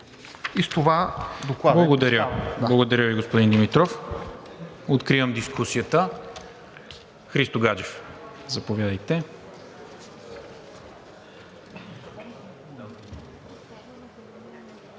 МИНЧЕВ: Благодаря Ви, господин Димитров. Откривам дискусията. Христо Гаджев. Заповядайте.